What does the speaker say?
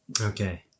Okay